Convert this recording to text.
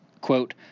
quote